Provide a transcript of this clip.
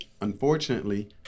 Unfortunately